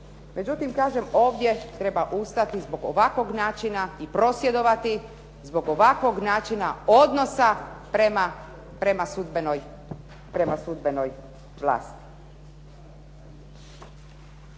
Međutim, kažem ovdje treba ustati zbog ovakvog načina i prosvjedovati zbog ovakvog načina odnosa prema sudbenoj vlasti.